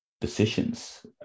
decisions